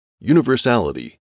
universality